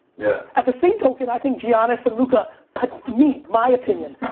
yeah. at the same token, i think giannis and luka, but me, my opinion,